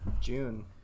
June